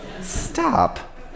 Stop